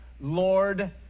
Lord